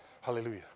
Hallelujah